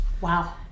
Wow